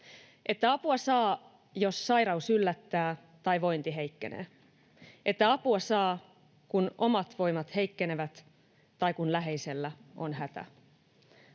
apua saa, jos sairaus yllättää tai vointi heikkenee, että apua saa, kun omat voimat heikkenevät tai kun läheisellä on hätä.